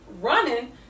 running